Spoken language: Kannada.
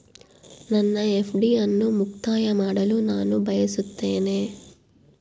ನನ್ನ ಎಫ್.ಡಿ ಅನ್ನು ಮುಕ್ತಾಯ ಮಾಡಲು ನಾನು ಬಯಸುತ್ತೇನೆ